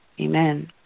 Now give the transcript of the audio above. amen